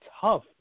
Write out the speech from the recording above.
tough